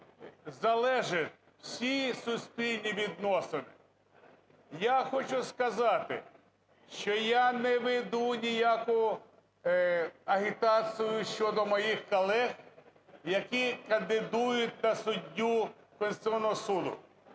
залежать всі суспільні відносини. Я хочу сказати, що я не веду ніякої агітації щодо моїх колег, які кандидують на суддю Конституційного Суду.